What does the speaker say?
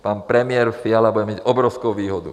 Pan premiér Fiala bude mít obrovskou výhodu.